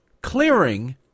clearing